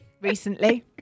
recently